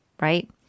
right